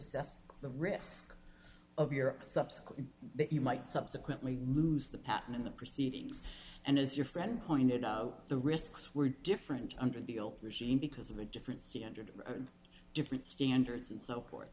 the risk of your subsequent that you might subsequently lose the patent in the proceedings and as your friend pointed out the risks were different under the old regime because of a different standard different standards and so forth